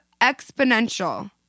exponential